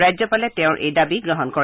ৰাজ্যপালে তেওঁৰ এই দাবী গ্ৰহণ কৰে